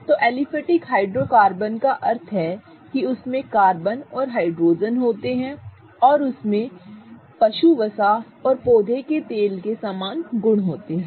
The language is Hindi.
तो एलिफैटिक हाइड्रोकार्बन का अर्थ है कि उनमें कार्बन और हाइड्रोजन होते हैं और उनमें पशु वसा और पौधे के तेल के समान गुण होते हैं